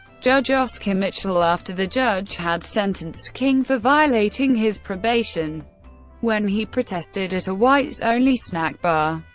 judge oscar mitchell after the judge had sentenced king for violating his probation when he protested at a whites-only snack bar.